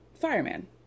fireman